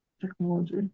technology